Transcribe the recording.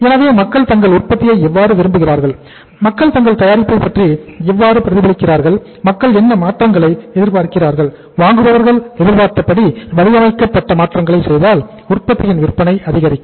எனவே மக்கள் தங்கள் உற்பத்தியை எவ்வாறு விரும்புகிறார்கள் மக்கள் தங்கள் தயாரிப்பை பற்றி எவ்வாறு பிரதிபலிக்கிறார்கள் மக்கள் என்ன மாற்றங்களை எதிர்பார்க்கிறார்கள் வாங்குபவர்கள் எதிர்பார்த்தபடி வடிவமைக்கப்பட்ட மாற்றங்களை செய்தால் உற்பத்தியின் விற்பனை அதிகரிக்கும்